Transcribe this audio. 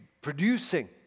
producing